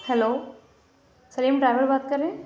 hello Salim driver بات کر رہے ہیں